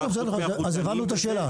בסדר, אז הבנו את השאלה.